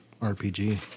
RPG